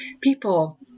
people